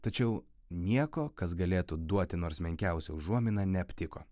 tačiau nieko kas galėtų duoti nors menkiausią užuominą neaptiko